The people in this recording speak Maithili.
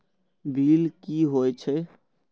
बील की हौए छै?